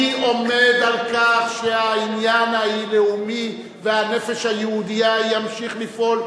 אני עומד על כך שהעניין הלאומי והנפש היהודייה ימשיך לפעול.